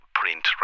print